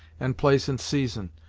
and place and season,